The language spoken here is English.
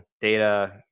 data